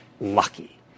lucky